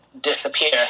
disappear